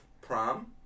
prom